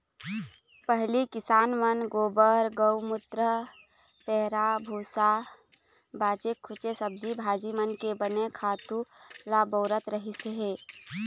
पहिली किसान मन गोबर, गउमूत्र, पैरा भूसा, बाचे खूचे सब्जी भाजी मन के बने खातू ल बउरत रहिस हे